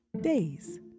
days